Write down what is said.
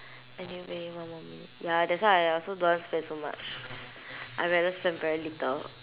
anyway one minute ya that's why I also don't want spend so much I rather spend very little